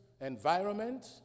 environment